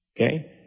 Okay